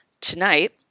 tonight